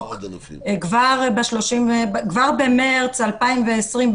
כבר במרץ 2020,